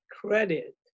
credit